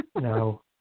No